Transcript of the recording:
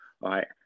right